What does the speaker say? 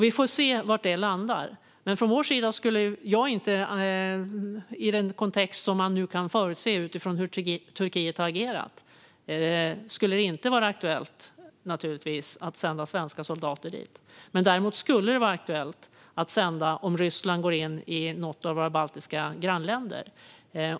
Vi får se var det landar. Men i den kontext som man nu kan förutse utifrån hur Turkiet har agerat skulle det naturligtvis inte vara aktuellt att sända svenska soldater dit. Däremot skulle det vara aktuellt om Ryssland skulle gå in i något av våra baltiska grannländer.